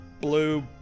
blue